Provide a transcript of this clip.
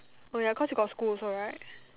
oh ya cause you got school also right